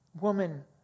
woman